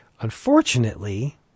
Unfortunately